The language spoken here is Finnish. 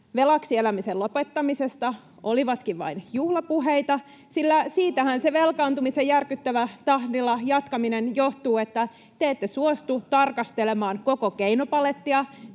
velaksi elämisen lopettamisesta olivatkin vain juhlapuheita, sillä siitähän se velkaantumisen jatkaminen järkyttävällä tahdilla johtuu, että te ette suostu tarkastelemaan koko keinopalettia,